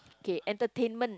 okay entertainment